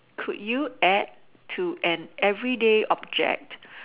could you add to an everyday object